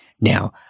Now